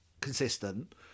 consistent